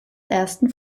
ersten